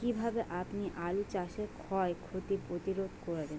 কীভাবে আপনি আলু চাষের ক্ষয় ক্ষতি প্রতিরোধ করেন?